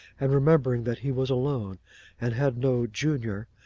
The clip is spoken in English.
and remembering that he was alone and had no junior,